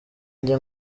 njye